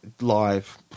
Live